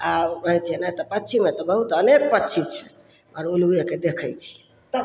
आओर ओ रहय छै नहि तऽ पक्षीमे तऽ बहुत अलेल पक्षी छै आओर उल्लूएके देखय छी